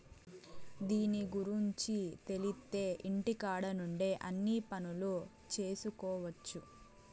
దీని గురుంచి తెలిత్తే ఇంటికాడ నుండే అన్ని పనులు చేసుకొవచ్చు